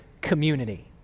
community